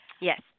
Yes